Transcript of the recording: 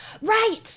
Right